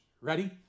Ready